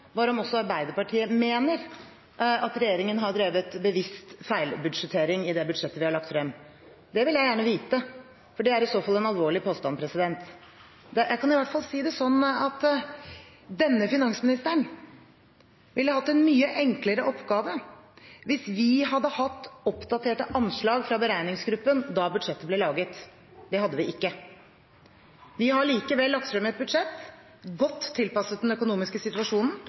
var om også Arbeiderpartiet mener at regjeringen har drevet bevisst feilbudsjettering i det budsjettet vi har lagt frem. Det vil jeg gjerne vite, for det er i så fall en alvorlig påstand. Jeg kan i hvert fall si det sånn at denne finansministeren ville hatt en mye enklere oppgave hvis vi hadde hatt oppdaterte anslag fra beregningsgruppen da budsjettet ble laget. Det hadde vi ikke. Vi har likevel lagt frem et budsjett godt tilpasset den økonomiske situasjonen,